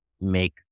make